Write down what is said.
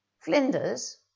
Flinders